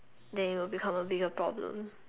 then it will become a bigger problem